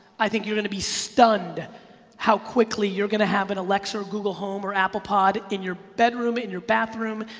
i think you're gonna be stunned how quickly you're gonna have an alexa or google home or apple pod in your bedroom, in your bathroom,